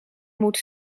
moet